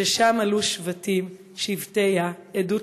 ששם עלו שבטים שבטי יה עדות